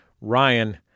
Ryan